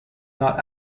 not